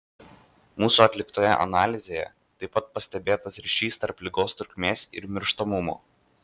mūsų atliktoje analizėje taip pat pastebėtas ryšys tarp ligos trukmės ir mirštamumo